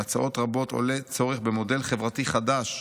"מהצעות רבות עולה צורך במודל חברתי חדש,